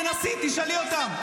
תנסי, תשאלי אותם.